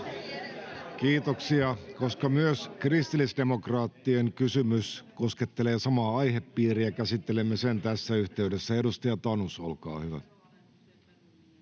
Content: Koska myös kristillisdemokraattien kysymys koskettelee samaa aihepiiriä, käsittelemme sen tässä yhteydessä. — Edustaja Tanus, olkaa hyvä.